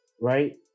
right